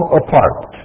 apart